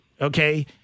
okay